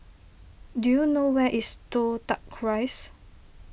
do you know where is Toh Tuck Rise